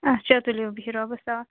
اچھا تُلِو بِہِو رۄبَس حوال